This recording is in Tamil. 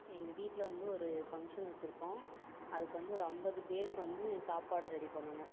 எங்கள் வீட்டில் வந்து ஒரு ஃபங்க்ஷன் வச்சுருக்கோம் அதுக்கு வந்து ஒரு ஐம்பது பேருக்கு வந்து சாப்பாடு ரெடி பண்ணனும்